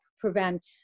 prevent